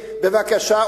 בבקשה,